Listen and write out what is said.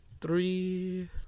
Three